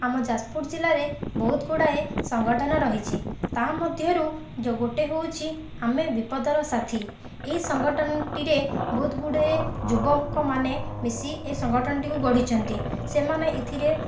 ଆମ ଯାଜପୁର ଜିଲ୍ଲାରେ ବହୁତ ଗୁଡ଼ାଏ ସଙ୍ଗଠନ ରହିଛି ତାହା ମଧ୍ୟରୁ ଯେଉଁ ଗୋଟିଏ ହେଉଛି ଆମେ ବିପଦର ସାଥି ଏଇ ସଙ୍ଗଠନଟିରେ ବହୁତ ଗୁଡ଼ିଏ ଯୁବକମାନେ ମିଶି ଏ ସଙ୍ଗଠନଟିକୁ ଗଢ଼ିଛନ୍ତି ସେମାନେ ଏଥିରେ